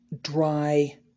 dry